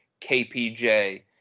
KPJ